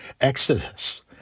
exodus